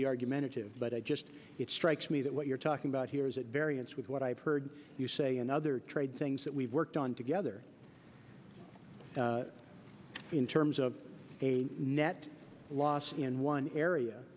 be argumentative but i just it strikes me that what you're talking about here is at variance with what i've heard you say another trade things that we've worked on together in terms of a net loss in one area